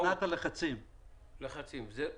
זה מבחינת הלחצים והאיכות.